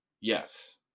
Yes